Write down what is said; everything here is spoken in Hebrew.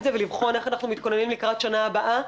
זה ולבחון איך אנחנו מתכוננים לקראת השנה הבאה,